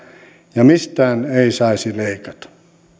ja mistään ei saisi leikata